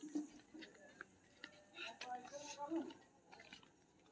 एखन भारत मे समुद्री शैवालक उत्पादन पच्चीस हजार टन छै